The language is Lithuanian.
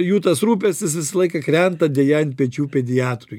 jų tas rūpestis visą laiką krenta deja ant pečių pediatrui